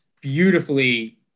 beautifully